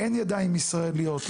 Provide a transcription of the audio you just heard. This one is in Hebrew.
אין ידיים ישראליות,